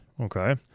Okay